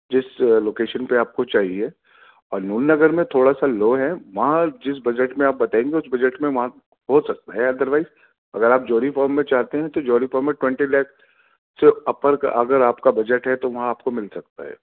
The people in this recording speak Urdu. جس لوکیشن پہ آپ کو چاہیے اور نور نگر میں تھوڑا سا لو ہے وہاں جس بجٹ میں آپ بتائیں گے اس بجٹ میں وہاں ہو سکتا ہے ادر وائز اگر آپ جوہری فام میں چاہتے ہیں تو جوہری فام میں ٹوئنٹی لاکھ سے اپر کا اگر آپ کا بجٹ ہے تو وہاں آپ کو مل سکتا ہے